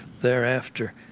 thereafter